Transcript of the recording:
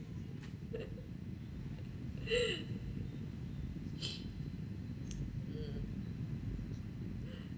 mm